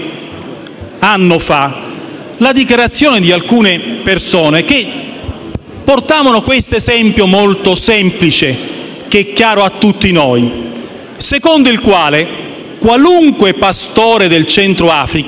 anno fa la dichiarazione di alcune persone che portavano l'esempio molto semplice, e chiaro a tutti noi, secondo il quale qualunque pastore del Centro Africa,